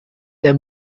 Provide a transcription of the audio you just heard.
der